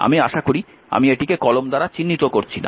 আমি আশা করি আমি এটিকে কলম দ্বারা চিহ্নিত করছি না